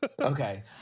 Okay